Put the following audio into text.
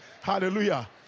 hallelujah